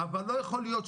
אבל לא יכול להיות,